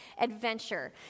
adventure